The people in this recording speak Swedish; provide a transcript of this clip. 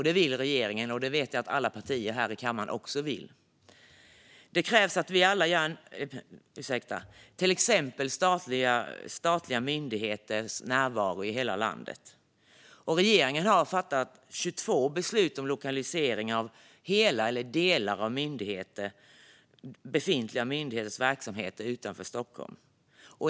Det vill regeringen, och det vet jag alla partier här i kammaren också vill. Till exempel behövs statliga myndigheters närvaro i hela landet. Regeringen har fattat 22 beslut om lokalisering av hela eller delar av befintliga myndigheters verksamheter utanför Stockholm.